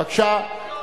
בבקשה.